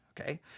okay